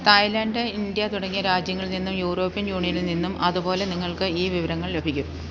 Thailand India തുടങ്ങിയ രാജ്യങ്ങളിൽനിന്നും European യൂണിയനില്നിന്നും അതുപോലെ നിങ്ങൾക്ക് ഈ വിവരങ്ങൾ ലഭിക്കും